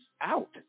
out